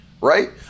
right